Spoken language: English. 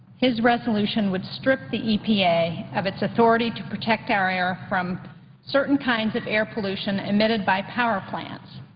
his resolution would strip the e p a. of its authority to protect our air from certain kinds of air pollution emitted by power plants.